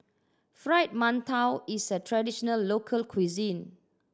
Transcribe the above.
Fried Mantou is a traditional local cuisine